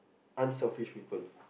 unselfish people